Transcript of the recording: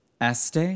Este